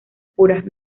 puras